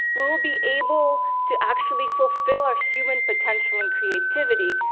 we will be able to actually fulfill our human potential and creativity,